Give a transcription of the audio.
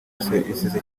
isize